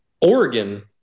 Oregon